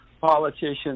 politicians